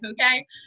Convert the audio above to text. okay